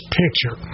picture